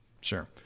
Sure